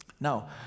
Now